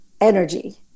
energy